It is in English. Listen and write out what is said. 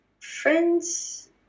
Friends